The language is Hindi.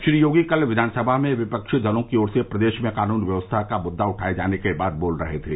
श्री योगी कल विघानसभा में विपक्षी दलों की ओर से प्रदेश में कानून व्यवस्था का मुद्दा उठाए जाने के बाद बोल रहे थे